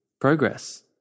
Progress